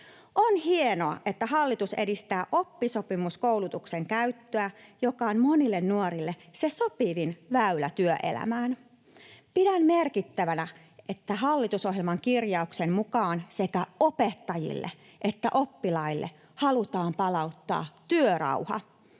On hienoa, että hallitus edistää oppisopimuskoulutuksen käyttöä, joka on monille nuorille se sopivin väylä työelämään. Pidän merkittävänä, että hallitusohjelman kirjauksen mukaan sekä opettajille että oppilaille halutaan palauttaa työrauha.